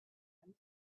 and